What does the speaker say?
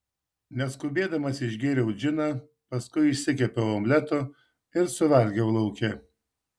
neskubėdamas išgėriau džiną paskui išsikepiau omleto ir suvalgiau lauke